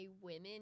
women